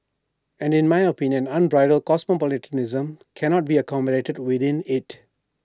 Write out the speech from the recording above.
and in my opinion unbridled cosmopolitanism cannot be accommodated within IT